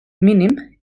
mínim